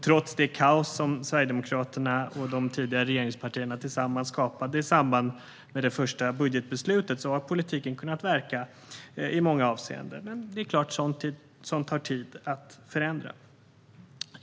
Trots det kaos som Sverigedemokraterna och de tidigare regeringspartierna tillsammans skapade i samband med det första budgetbeslutet har politiken kunnat verka i många avseenden. Det är klart att sådant tar tid att förändra.